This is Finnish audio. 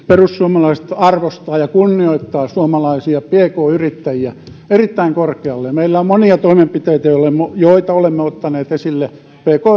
perussuomalaiset arvostaa ja kunnioittaa suomalaisia pk yrittäjiä erittäin korkealle meillä on monia toimenpiteitä joita olemme ottaneet esille pk